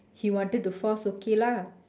he wanted to force okay lah